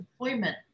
employment